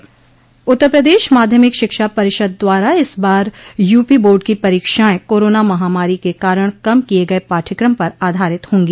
उत्तर प्रदेश माध्यमिक शिक्षा परिषद द्वारा इस बार यूपी बोर्ड की परीक्षाएं कोरोना महामारी के कारण कम किए गये पाठ्यक्रम पर आधारित होंगी